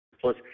Plus